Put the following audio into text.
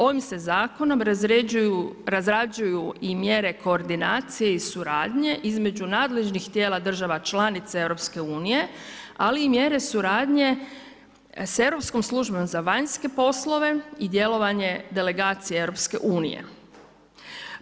Ovim se zakonom razrađuju i mjere koordinacije i suradnje između nadležnih tijela država članica EU-a ali i mjere suradnje sa Europskom službom za vanjske poslove i djelovanje delegacije EU-a.